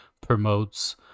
promotes